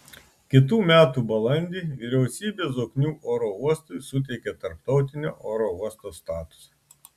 kitų metų balandį vyriausybė zoknių oro uostui suteikė tarptautinio oro uosto statusą